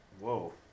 Whoa